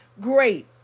Great